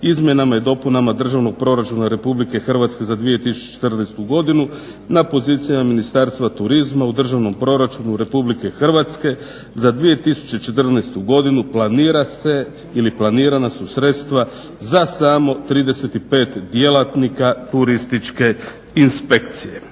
izmjenama i dopunama Državnog proračuna RH za 2014. godinu. Na pozicijama Ministarstva turizma u Državnom proračunu RH za 2014. godinu planira se ili planirana su sredstva za samo 35 djelatnika Turističke inspekcije,